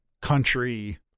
country